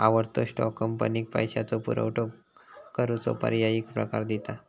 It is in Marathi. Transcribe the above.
आवडतो स्टॉक, कंपनीक पैशाचो पुरवठो करूचो पर्यायी प्रकार दिता